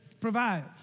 Provide